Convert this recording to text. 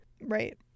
Right